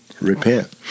Repent